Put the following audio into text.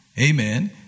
Amen